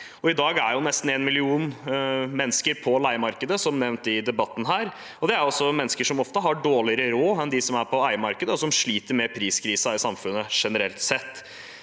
I dag er nesten én million mennesker på leiemarkedet, som nevnt i debatten, og det er mennesker som ofte har dårligere råd enn dem som er på eiemarkedet, og folk som sliter med priskrisen i samfunnet generelt sett.